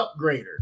upgrader